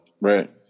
Right